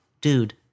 dude